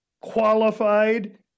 qualified